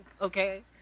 okay